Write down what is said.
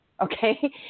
Okay